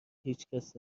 هیچکس